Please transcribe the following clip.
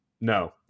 no